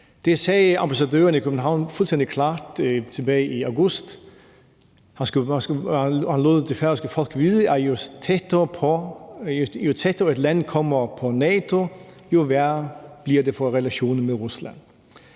Det sagde ambassadøren i København fuldstændig klart tilbage i august. Her lod han det færøske folk vide, at jo tættere et land kommer på NATO, jo værre bliver det for relationerne til Rusland.